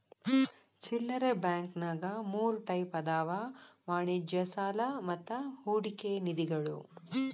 ಚಿಲ್ಲರೆ ಬಾಂಕಂನ್ಯಾಗ ಮೂರ್ ಟೈಪ್ ಅದಾವ ವಾಣಿಜ್ಯ ಸಾಲಾ ಮತ್ತ ಹೂಡಿಕೆ ನಿಧಿಗಳು